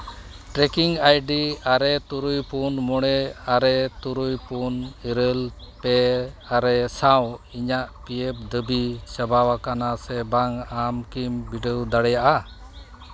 trekking I D ᱟᱨᱮ ᱛᱩᱨᱩᱭ ᱯᱩᱱ ᱢᱚᱬᱮ ᱟᱨᱮ ᱛᱩᱨᱩᱭ ᱯᱩᱱ ᱤᱨᱟᱹᱞ ᱯᱮ ᱟᱨᱮ ᱥᱟᱶ ᱤᱧᱟᱹᱜ ᱯᱤ ᱮᱯᱷ ᱫᱟᱹᱵᱤ ᱪᱟᱵᱟᱣ ᱟᱠᱟᱱᱟ ᱥᱮ ᱵᱟᱝ ᱟᱢ ᱠᱤᱢ ᱵᱤᱰᱟᱹᱣ ᱫᱟᱲᱮᱭᱟᱜᱼᱟ